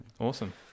Awesome